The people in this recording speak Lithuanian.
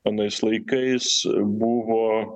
anais laikais buvo